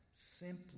Simply